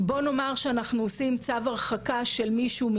זו ההצעה שלי שאני רוצה להעביר.